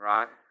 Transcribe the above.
Right